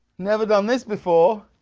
never done this before,